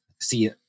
see